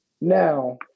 Now